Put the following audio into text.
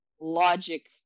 logic